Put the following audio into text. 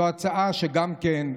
זו הצעה שגם אנחנו,